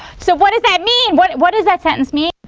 so what does that mean? what what does that sentence mean?